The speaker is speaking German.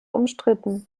umstritten